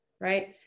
right